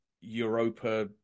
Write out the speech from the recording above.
Europa